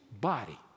body